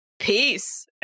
peace